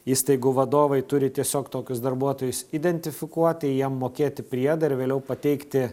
įstaigų vadovai turi tiesiog tokius darbuotojus identifikuoti jiem mokėti priedą ir vėliau pateikti